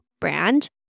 brand